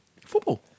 Football